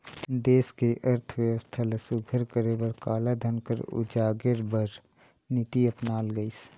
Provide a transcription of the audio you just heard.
देस के अर्थबेवस्था ल सुग्घर करे बर कालाधन कर उजागेर बर नीति अपनाल गइस